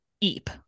Eep